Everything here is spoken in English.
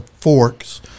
forks